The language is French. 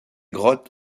grottes